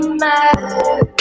matter